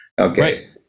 Okay